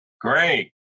Great